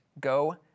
go